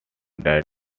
that